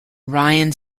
ryan